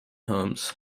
homes